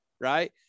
Right